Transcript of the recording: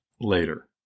later